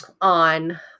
on